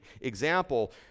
example